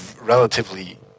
relatively